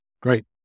Great